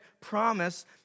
promise